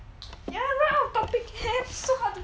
ya ran out of topic so hard to talk